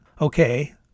okay